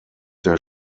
der